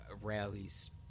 rallies